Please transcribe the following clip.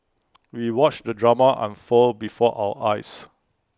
we watched the drama unfold before our eyes